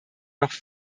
noch